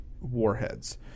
warheads